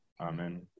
Amen